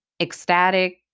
ecstatic